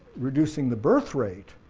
reducing the birthrate,